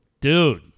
Dude